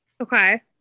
Okay